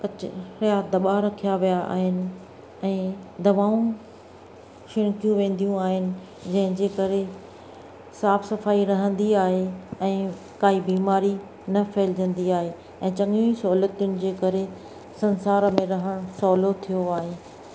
जे इहा दॿा रखिया विया आहिनि ऐं दवाउनि छिणकियूं वेंदियूं आहिनि जंहिंजे करे साफ़ु सफ़ाई रहंदी आहे ऐं काई बीमारी न फहिलिजंदी आहे ऐं चङियूं सहुलियतुनि जे करे संसार में रहणु सवलो थियो आहे